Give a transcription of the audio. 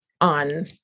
on